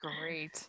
great